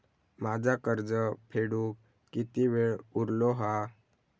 माझा कर्ज फेडुक किती वेळ उरलो हा?